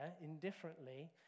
indifferently